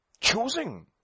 Choosing